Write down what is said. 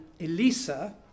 Elisa